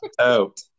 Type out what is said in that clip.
out